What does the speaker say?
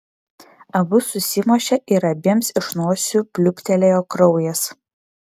abu susimušė ir abiems iš nosių pliūptelėjo kraujas